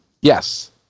Yes